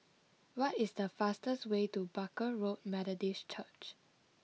what is the fastest way to Barker Road Methodist Church